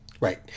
right